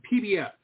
PBS